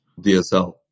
DSL